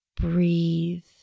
breathe